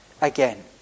again